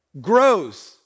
grows